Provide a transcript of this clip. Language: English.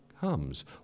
comes